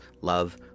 love